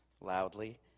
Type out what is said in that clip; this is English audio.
loudly